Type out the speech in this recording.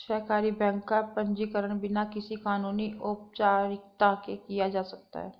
सहकारी बैंक का पंजीकरण बिना किसी कानूनी औपचारिकता के किया जा सकता है